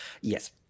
Yes